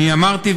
אני דיברתי,